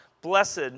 blessed